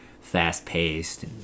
fast-paced